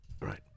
right